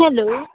hello